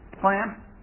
plan